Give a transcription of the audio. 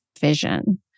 vision